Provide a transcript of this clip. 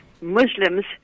Muslims